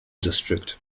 district